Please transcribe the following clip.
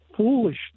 foolish